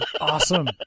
Awesome